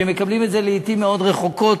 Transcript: שהם מקבלים לעתים מאוד רחוקות,